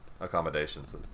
accommodations